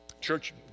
church